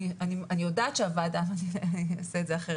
אני אעשה את זה אחרת,